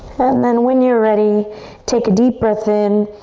and then when you're ready take a deep breath in